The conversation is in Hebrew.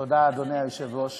תודה, אדוני היושב-ראש.